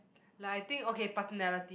like I think okay personality